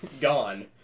Gone